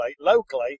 Locally